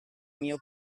mio